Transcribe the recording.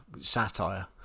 satire